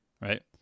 right